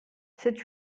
cette